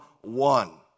one